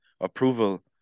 approval